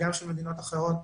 וגם של מדינות אחרות,